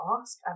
ask